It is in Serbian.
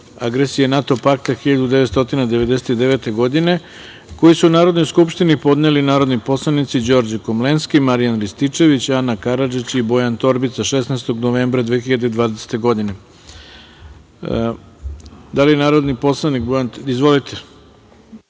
agresije NATO pakta 1999. godine, koji su Narodnoj skupštini podneli narodni poslanici Đorđe Komlenski, Marijan Rističević, Ana Karadžić i Bojan Torbica 16. novembra 2020. godine. Da